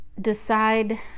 decide